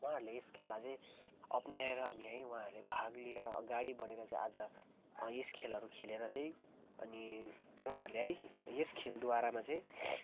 उहाँहरूले यस खेललाई चाहिँ अप्नाएर अनि है उहाँहरूले भाग लिएर अगाडि बढेर चाहिँ आज यस खेलहरू खेलेर चाहिँ अनि उहाँहरूले है यस खेलद्वारामा चाहिँ